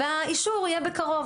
והאישור יהיה בקרוב.